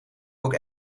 ook